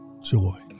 joy